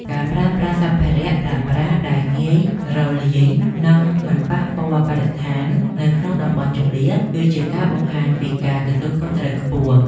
ការប្រើប្រាស់សម្ភារៈប្រើប្រាស់ដែលងាយរលាយ និងមិនប៉ះពាល់បរិស្ថាននៅក្នុងតំបន់ជម្លៀសគឺជាការបង្ហាញពីការទទួលខុសត្រូវខ្ពស់។